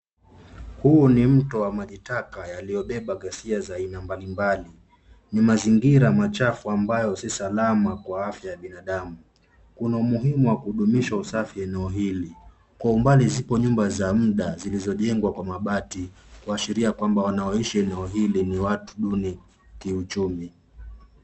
Huu ni mto wa majitaka yaliyobeba ghasia za aina mbalimbali. Ni mazingira machafu ambayo si salama kwa afya ya binadamu. Kuna umuhimu wa kudumisha usafi eneo hili. Kwa umbali zipo nyumba za muda zilizojengwa kwa mabati kuashiria ya kwamba wanaoishi eneo hili ni watu duni kiuchumi.